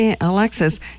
Alexis